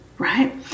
right